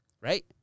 right